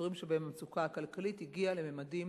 אזורים שבהם המצוקה הכלכלית הגיעה לממדים